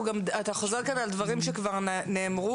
אתה חוזר כאן על דברים שכבר נאמרו,